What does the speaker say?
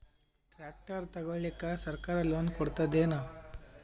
Tractor ತಗೊಳಿಕ ಸರ್ಕಾರ loan ಕೊಡತದೇನು?